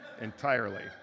entirely